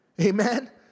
Amen